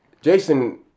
Jason